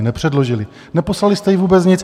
Nepředložili, neposlali jste jí vůbec nic.